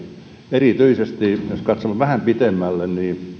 erityisesti jos katson vähän pitemmälle